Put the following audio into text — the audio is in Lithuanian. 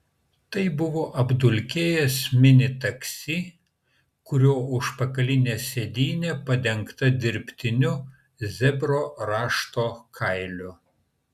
tai buvo apdulkėjęs mini taksi kurio užpakalinė sėdynė padengta dirbtiniu zebro rašto kailiu